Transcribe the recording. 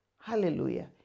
Hallelujah